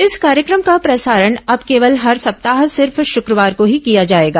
इस कार्यक्रम का प्रसारण अब केवल हर सप्ताह सिर्फ शुक्रवार को ही किया जाएगा